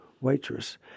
waitress